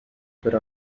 pero